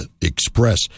Express